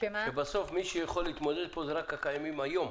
שבסוף מי שיכול להתמודד פה זה רק השחקנים הקיימים היום.